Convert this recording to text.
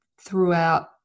throughout